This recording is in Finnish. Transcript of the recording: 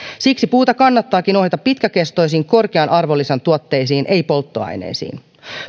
siksi puuta kannattaakin ohjata pitkäkestoisiin korkean arvonlisän tuotteisiin ei polttoaineisiin